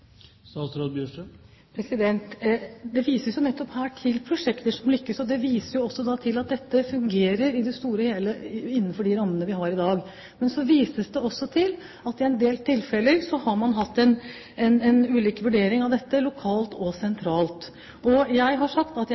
Det vises jo nettopp her til prosjekter som lykkes, og det viser at dette fungerer i det store og hele innenfor de rammene vi har i dag. Men så vises det også til at i en del tilfeller har man hatt en ulik vurdering av dette lokalt og sentralt. Jeg har sagt at jeg